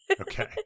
Okay